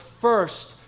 first